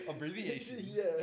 abbreviations